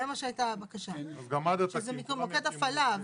זה מה שהייתה הבקשה, שזה מוקד הפעלה.